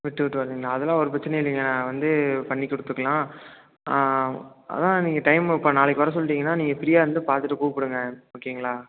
விட்டு விட்டு வருதுங்களா அதெலாம் ஒரு பிரச்சினையும் இல்லைங்க நான் வந்து பண்ணி கொடுத்துக்குலாம் அதுதான் நீங்கள் டைம் இப்போ நாளைக்கு வர சொல்லிவிட்டிங்ன்னா நீங்கள் ஃப்ரீயாக இருந்து பார்த்துட்டு கூப்பிடுங்க ஓகேங்களா